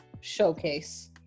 showcase